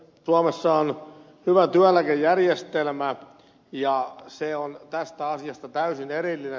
suomessa on hyvä työeläkejärjestelmä ja se on tästä asiasta täysin erillinen